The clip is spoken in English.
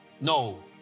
No